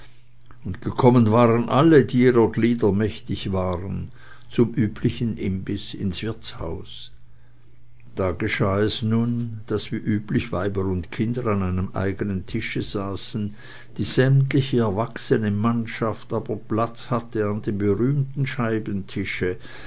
und gekommen waren alle die ihrer glieder mächtig waren zum üblichen imbiß ins wirtshaus da geschah es nun daß wie üblich weiber und kinder an einem eigenen tische saßen die sämtliche erwachsene mannschaft aber platz hatte an dem berühmten